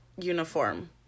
uniform